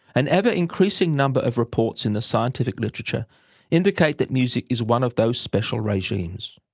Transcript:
an ever-increasing number of reports in the scientific literature indicate that music is one of those special regimes.